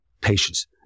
patience